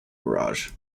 garage